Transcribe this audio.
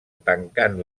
tancant